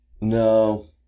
No